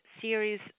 series